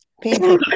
painful